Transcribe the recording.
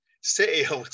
city